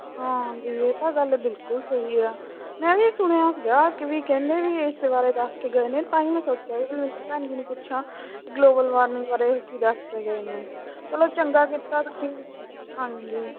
ਹਾਂਜੀ ਇਹ ਤਾਂ ਗੱਲ ਬਿਲਕੁਲ ਸਹੀ ਆ ਮੈਂ ਵੀ ਸੁਣਿਆ ਸੀਗਾ ਕਿ ਵੀ ਕਹਿੰਦੇ ਵੀ ਇਸ ਬਾਰੇ ਦੱਸ ਕੇ ਗਏ ਨੇ ਤਾਂ ਹੀ ਮੈਂ ਸੋਚਿਆ ਨੂੰ ਪੁੱਛਾਂ ਗਲੋਬਲ ਵਾਰਮਿੰਗ ਬਾਰੇ ਕੀ ਦੱਸ ਕੇ ਗਏ ਨੇ ਚਲੋ ਚੰਗਾ ਕੀਤਾ ਤੁਸੀਂ ਹਾਂਜੀ